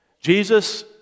Jesus